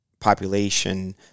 population